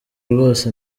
rwose